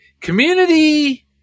community